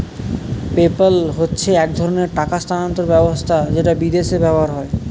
PayPal হচ্ছে এক ধরণের টাকা স্থানান্তর ব্যবস্থা যেটা বিদেশে ব্যবহার হয়